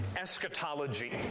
eschatology